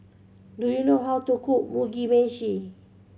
do you know how to cook Mugi Meshi